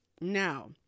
Now